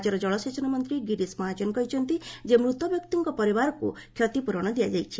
ରାଜ୍ୟର ଜଳସେଚନ ମନ୍ତ୍ରୀ ଗିରିଶ ମହାଜନ କହିଛନ୍ତି ଯେ ମୃତବ୍ୟକ୍ତିଙ୍କ ପରିବାରକୁ କ୍ଷତିପ୍ରରଣ ଦିଆଯାଇଛି